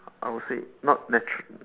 I will say not natural